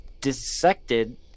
dissected